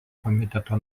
komiteto